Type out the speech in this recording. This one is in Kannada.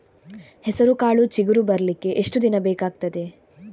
ಹೆಸರುಕಾಳು ಚಿಗುರು ಬರ್ಲಿಕ್ಕೆ ಎಷ್ಟು ದಿನ ಬೇಕಗ್ತಾದೆ?